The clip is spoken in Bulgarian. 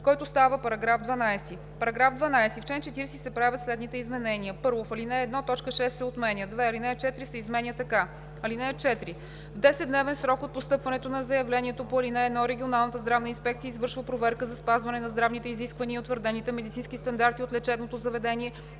който става § 12: „§ 12. В чл. 40 се правят следните изменения: 1. В ал. 1 т. 6 се отменя. 2. Алинея 4 се изменя така: „(4) В 10-дневен срок от постъпването на заявлението по ал. 1 регионалната здравна инспекция извършва проверка за спазване на здравните изисквания и утвърдените медицински стандарти от лечебното заведение,